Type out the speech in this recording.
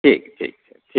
ठीक ठीक छै ठीक